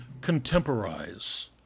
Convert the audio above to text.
contemporize